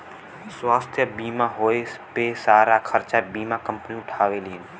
स्वास्थ्य बीमा होए पे सारा खरचा बीमा कम्पनी उठावेलीन